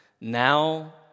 Now